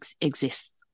exists